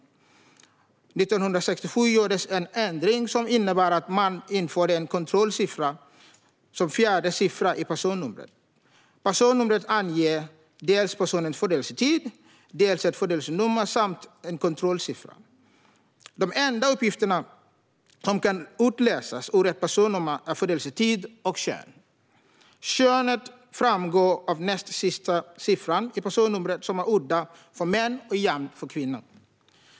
År 1967 gjordes en ändring som innebar att man införde en kontrollsiffra som fjärde siffra i personnumret. Personnumret anger dels personens födelsetid, dels ett födelsenummer samt en kontrollsiffra. De enda uppgifter som kan utläsas ur ett personnummer är födelsetid och kön. Könet framgår av näst sista siffran i personnumret som är udda för män och jämn för kvinnor.